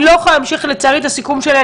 אני לא יכולה להמשיך, לצערי, את הסיכום שלי.